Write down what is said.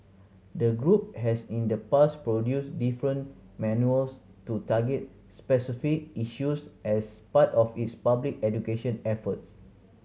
the group has in the past produced different manuals to target specific issues as part of its public education efforts